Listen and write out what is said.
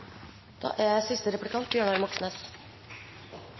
Da dette er det siste